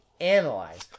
analyze